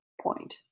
point